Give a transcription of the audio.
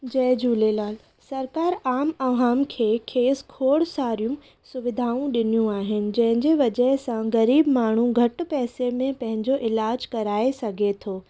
जय झूलेलाल सरकारि आम अवाम खे खेसि खोड़ सारियूं सुविधाऊं ॾिनियूं आहिनि जंहिंजी वजह सां ग़रीब माण्हू घटि पैसे में पंहिंजो इलाज कराए सघे थो